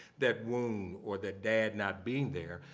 that wound or the dad not being there.